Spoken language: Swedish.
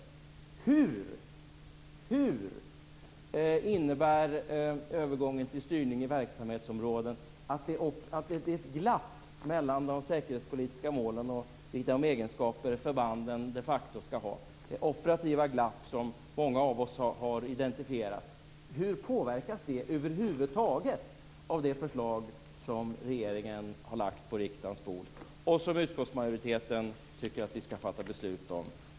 Påverkas det glapp som finns mellan de säkerhetspolitiska målen och de egenskaper förbanden de facto har över huvud taget av övergången till styrning i verksamhetsområden? Detta operativa glapp har många av oss identifierat. Hur påverkas detta glapp av det förslag som regeringen har lagt fram på riksdagens bord, som utskottsmajoriteten tycker att vi skall fatta beslut om?